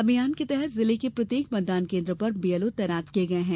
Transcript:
अभियान के तहत जिले के प्रत्येक मतदान केन्द्र पर बीएलओ तैनात किये गये हैं